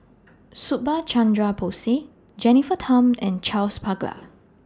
Subhas Chandra Bose Jennifer Tham and Charles Paglar